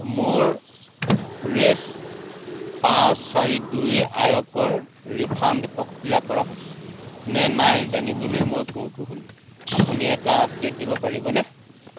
মোৰ ৰেছ পাঁচ চাৰি দুই আয়কৰ ৰিফাণ্ড প্ৰক্ৰিয়া কৰা হৈছে নে নাই জানিবলৈ মই কৌতুহলী আপুনি এটা আপডেট দিব পাৰিবনে